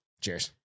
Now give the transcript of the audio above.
Cheers